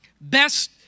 Best